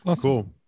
cool